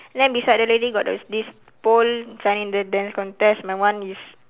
then beside the lady got this this pole shine in the dance contest my one is